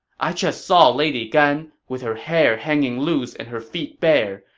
i just saw lady gan, with her hair hanging loose and her feet bare.